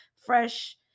fresh